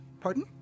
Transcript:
Pardon